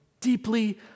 deeply